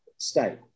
State